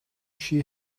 she